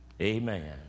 amen